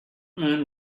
man